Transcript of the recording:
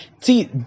See